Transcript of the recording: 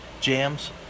jams